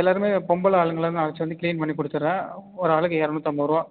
எல்லாருமே பொம்பளை ஆளுங்கல நான் அழைச்சிட்டு வந்து க்ளீன் பண்ணி கொடுத்துறேன் ஒரு ஆளுக்கு இரநூத்தம்பதுருவா